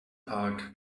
park